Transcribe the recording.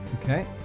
Okay